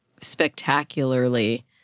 spectacularly